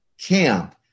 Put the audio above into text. Camp